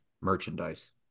Merchandise